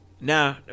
No